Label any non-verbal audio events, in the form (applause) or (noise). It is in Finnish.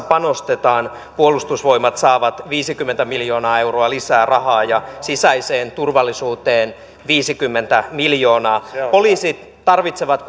(unintelligible) panostetaan puolustusvoimat saavat viisikymmentä miljoonaa euroa lisää rahaa ja sisäiseen turvallisuuteen viisikymmentä miljoonaa poliisit tarvitsevat (unintelligible)